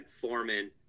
Foreman